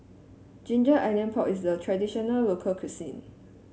Ginger Onions Pork is a traditional local cuisine